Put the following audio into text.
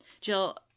Jill